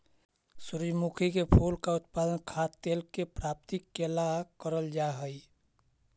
सूर्यमुखी के फूल का उत्पादन खाद्य तेल के प्राप्ति के ला करल जा हई